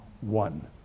one